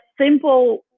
simple